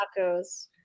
tacos